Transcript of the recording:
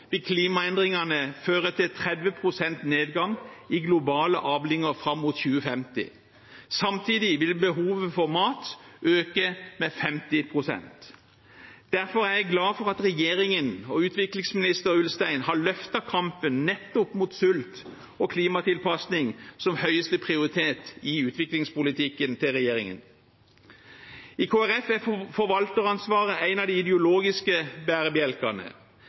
vil klimaendringene føre til 30 pst. nedgang i globale avlinger fram mot 2050. Samtidig vil behovet for mat øke med 50 pst. Derfor er jeg glad for at regjeringen og utviklingsminister Ulstein har løftet kampen mot nettopp sult og klimatilpasning opp som høyeste prioritet i utviklingspolitikken til regjeringen. I Kristelig Folkeparti er forvalteransvaret en av de ideologiske bærebjelkene.